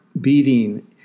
beating